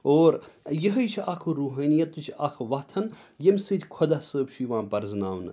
اور یِہوٚے چھِ اَکھ رُوحٲنیتٕچ اَکھ وَتھ ییٚمہِ سۭتۍ خۄدا صٲب چھُ یِوان پَرزٕناونہٕ